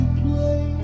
play